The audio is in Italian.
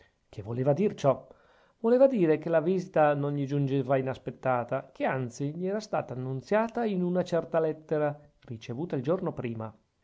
che voleva dir ciò voleva dire che la visita non gli giungeva inaspettata che anzi gli era stata annunziata in una certa lettera ricevuta il giorno prima